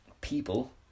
people